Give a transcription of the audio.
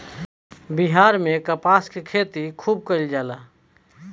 बिहार में कपास के खेती खुब कइल जाला